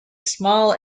small